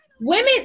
women